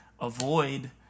avoid